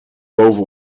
boven